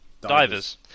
Divers